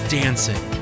dancing